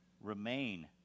Remain